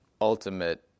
ultimate